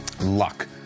luck